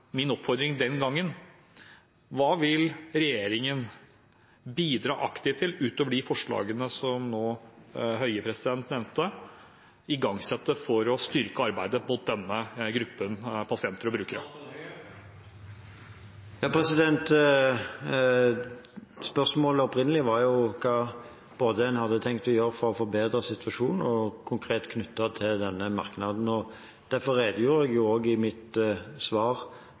min oppfordring den gangen: Hva vil regjeringen, ut over de forslagene som Høie nå nevnte, bidra aktivt til å igangsette for å styrke arbeidet for denne gruppen pasienter og brukere? Spørsmålet var opprinnelig hva en hadde tenkt å gjøre for å forbedre situasjonen konkret knyttet til denne merknaden, og derfor redegjorde jeg også i mitt svar